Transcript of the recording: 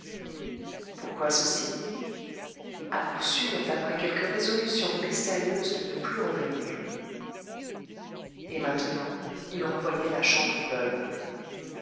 pourquoi ceci à coup sûr d'après quelque résolution mystérieuse de ne plus revenir et maintenant il revoyait la chambre veuve